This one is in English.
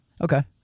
Okay